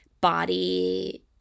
body